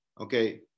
okay